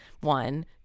One